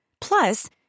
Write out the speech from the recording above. Plus